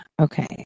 Okay